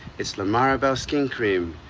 it's lamarabell skin cream.